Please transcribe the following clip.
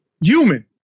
human